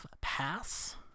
pass